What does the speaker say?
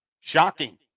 Shocking